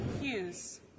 Hughes